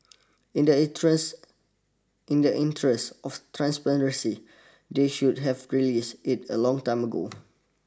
in the interest in the interest of transparency they should have released it a long time ago